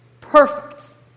perfect